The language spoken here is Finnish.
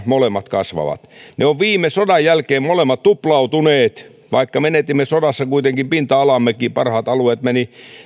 molemmat kasvavat ne molemmat ovat viime sodan jälkeen tuplautuneet vaikka menetimme sodassa kuitenkin pinta alaammekin parhaat alueet menivät